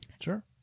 Sure